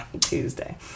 Tuesday